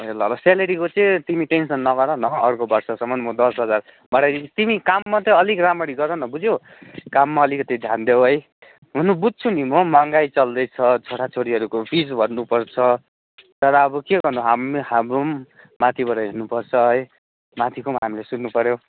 ए ल ल स्यालेरीको चाहिँ तिमी टेन्सन नगर न हो अर्को वर्षसम्म म दस हजार बढाइ तिमी काम मात्रै अलिक राम्ररी गर न बुझ्यौ काममा अलिकति ध्यान देऊ है हुनु बुझ्छु नि म महँगाइ चल्दैछ छोराछोरीहरूको फिस भर्नुपर्छ त्यहाँबाट अब के गर्नु हाम हाम्रो पनि माथिबाट हेर्नुपर्छ है माथिको हामीले सुन्नुपर्यो